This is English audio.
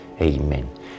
Amen